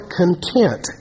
content